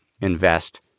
invest